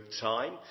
time